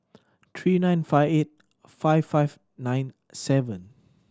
three nine five eight five five nine seven